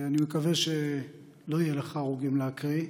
אני מקווה שלא יהיו לך הרוגים להקריא.